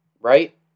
right